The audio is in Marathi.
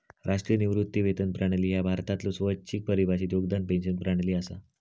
राष्ट्रीय निवृत्ती वेतन प्रणाली ह्या भारतातलो स्वैच्छिक परिभाषित योगदान पेन्शन प्रणाली असा